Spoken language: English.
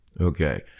okay